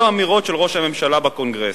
באיזה אמירות של ראש הממשלה בקונגרס?